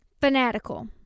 fanatical